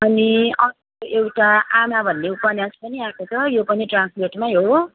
अनि अर्को एउटा आमा भन्ने उपन्यास पनि आएको छ यो पनि ट्रान्सलेटमै हो